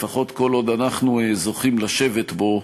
לפחות כל עוד אנחנו זוכים לשבת בו,